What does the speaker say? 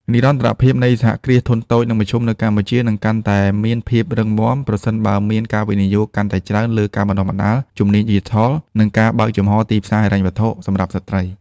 និរន្តរភាពនៃសហគ្រាសធុនតូច និងមធ្យមនៅកម្ពុជា នឹងកាន់តែមានភាពរឹងមាំ ប្រសិនបើមានការវិនិយោគកាន់តែច្រើនលើការបណ្ដុះបណ្ដាលជំនាញឌីជីថល និងការបើកចំហរទីផ្សារហិរញ្ញវត្ថុសម្រាប់ស្ត្រី។